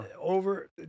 over